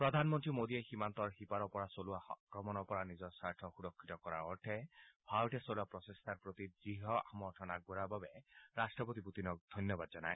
প্ৰধানমন্ত্ৰী মোডীয়ে সীমান্তৰ সিপাৰৰ পৰা চলোৱা আক্ৰমণৰ পৰা নিজৰ স্বাৰ্থ সূৰক্ষিত কৰাৰ বাবে ভাৰতে চলোৱা প্ৰচেষ্টাৰ প্ৰতি দৃঢ় সমৰ্থন আগবঢ়োৱাৰ বাবে ৰাট্টপতি পুটিনক ধন্যবাদ জনায়